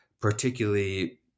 particularly